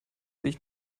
sich